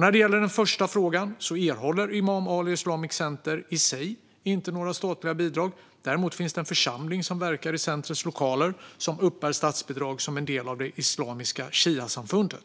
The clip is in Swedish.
När det gäller den första frågan erhåller Imam Ali Islamic Center i sig inte några statliga bidrag. Däremot finns det en församling som verkar i centrets lokaler som uppbär statsbidrag som en del av Islamiska Shiasamfunden.